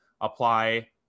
apply